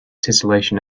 tesselation